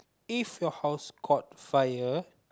if your house caught fire